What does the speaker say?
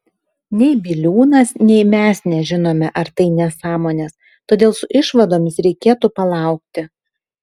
nei biliūnas nei mes nežinome ar tai nesąmonės todėl su išvadomis reikėtų palaukti